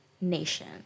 nation